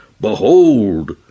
Behold